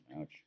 Ouch